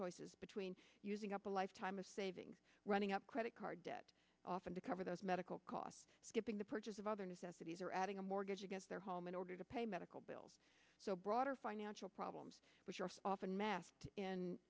choices between using up a lifetime of saving running up credit card debt often to cover those medical costs skipping the purchase of other necessities or adding a mortgage against their home in order to pay medical bills so broader financial problems which are often masked